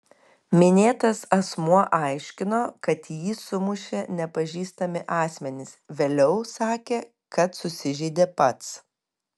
minėtas asmuo aiškino kad jį sumušė nepažįstami asmenys vėliau sakė kad susižeidė pats